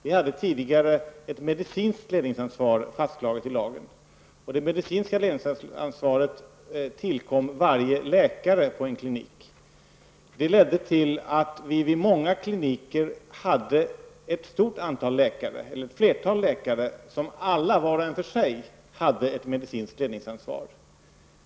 Vi hade tidigare ett medicinskt ledningsansvar fastslaget i lagen. Det medicinska ledningsansvaret tillkom varje läkare på en klinik. Det medförde att vi vid många kliniker hade ett flertal läkare som alla var och en för sig hade ett medicinskt ledningsansvar.